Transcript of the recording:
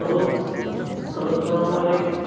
hello hello سلامُ علیکُم